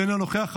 אינו נוכח,